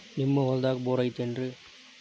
ನಿಮ್ಮ ಹೊಲ್ದಾಗ ಬೋರ್ ಐತೇನ್ರಿ?